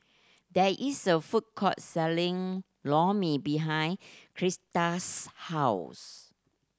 there is a food court selling Lor Mee behind Crista's house